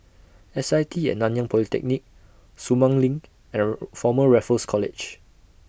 S I T At Nanyang Polytechnic Sumang LINK Error Former Raffles College